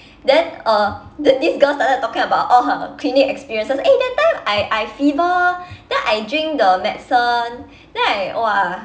then uh this girl started talking about all her clinic experiences eh that time I I fever then I drink the medicine then I !wah!